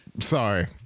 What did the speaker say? Sorry